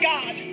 God